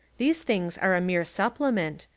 these things are a mere supplement,